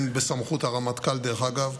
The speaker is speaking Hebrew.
דרך אגב,